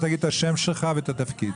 תגיד את השם שלך ואת התפקיד.